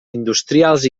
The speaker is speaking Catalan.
industrials